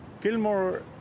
Gilmore